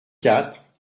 quatre